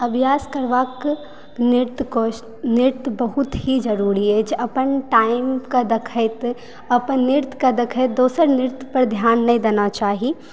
अभ्यास करबाक नृत्य कोश नृत्य बहुत ही जरूरी अछि अपन टाइमकऽ दखैत अपन नृत्यकऽ दखैत दोसर नृत्य पर ध्यान नहि देना चाही